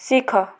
ଶିଖ